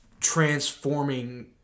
transforming